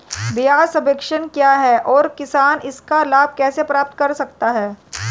ब्याज सबवेंशन क्या है और किसान इसका लाभ कैसे प्राप्त कर सकता है?